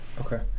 Okay